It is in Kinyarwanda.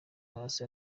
hasi